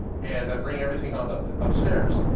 and i bring everything on upstairs.